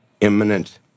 imminent